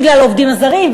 בגלל העובדים הזרים,